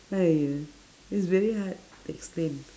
!haiya! it's very hard to explain